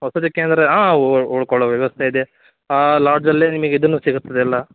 ವಸತಿ ಕೇಂದ್ರ ಹಾಂ ಉಳಕೊಳ್ಳೊ ವ್ಯವಸ್ಥೆ ಇದೆ ಹಾಂ ಲಾಡ್ಜಲ್ಲೆ ನಿಮಿಗೆ ಇದು ಸಿಗುತ್ತದೆ ಎಲ್ಲ